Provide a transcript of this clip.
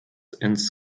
ins